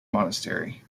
monastery